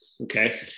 Okay